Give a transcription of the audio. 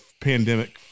pandemic